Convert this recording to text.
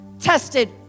tested